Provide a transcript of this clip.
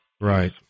Right